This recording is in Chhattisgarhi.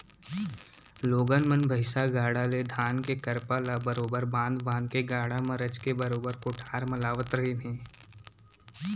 लोगन मन भईसा गाड़ा ले धान के करपा ल बरोबर बांध बांध के गाड़ा म रचके बरोबर कोठार म लावत रहिन हें